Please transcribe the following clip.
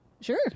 Sure